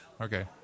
Okay